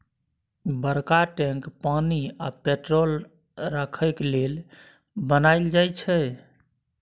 बरका टैंक पानि आ पेट्रोल राखय लेल बनाएल जाई छै